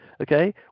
Okay